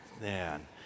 man